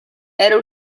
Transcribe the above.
era